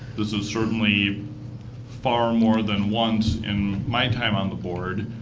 this is certainly far more than once in my time on the board.